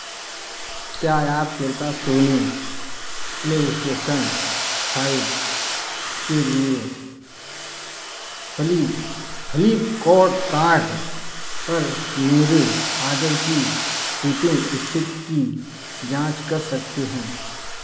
क्या आप कृपया सोनी प्ले एस्टेशन फाइव के लिए फ्लीपकोर्ट कार्ट पर मेरे ऑर्डर की सिपिंग स्थिति की जांच कर सकते हैं